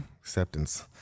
acceptance